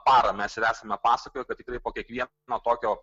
parą mes ir esame pasakoję kad tikrai po kiekvieno tokio